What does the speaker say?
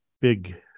big